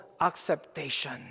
acceptation